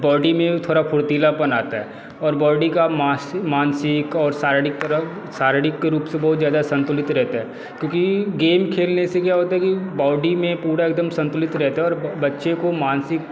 body में थोड़ा फुर्तीलापन आता है और बॉडी का मास मानसिक और शारीरिक रग शारीरिक के रुप से बहुत ज़्यादा संतुलित रहता है क्योंकि गेम खेलने से क्या होता है कि बॉडी में पूरा एकदम संतुलित रहते है और बच्चे को मानसिक